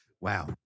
Wow